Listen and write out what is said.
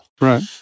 Right